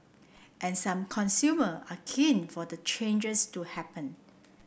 and some consumer are keen for the changes to happen